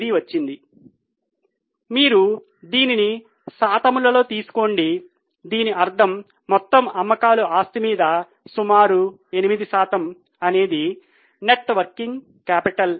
08 వచ్చింది మీరు దీనిని శాతములలో తీసుకోండి దీని అర్థం మొత్తం అమ్మకాలు ఆస్తి మీద సుమారు 8 శాతం అనేది నెట్ వర్కింగ్ క్యాపిటల్